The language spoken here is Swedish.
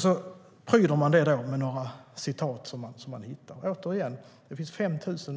Sedan pryder man den bilden med några citat. Återigen: Det finns 5 000